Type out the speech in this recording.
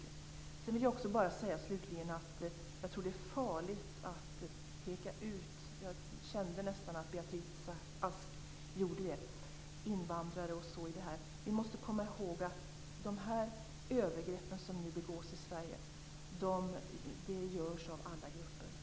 Slutligen vill jag också säga att jag tror att det är farligt att peka ut - jag kände nästan att Beatrice Ask gjorde det - invandrare. Vi måste komma ihåg att de övergrepp som nu begås i Sverige begås av alla grupper.